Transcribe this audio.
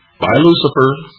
by lucifer,